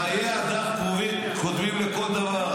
חיי אדם קודמים לכל דבר.